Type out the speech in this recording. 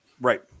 right